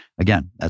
Again